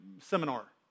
seminar